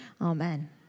Amen